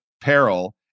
peril